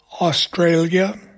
Australia